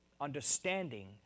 understanding